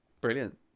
brilliant